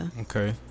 Okay